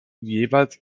jeweils